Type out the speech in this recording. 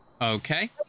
Okay